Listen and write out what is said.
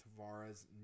Tavares